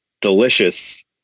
Delicious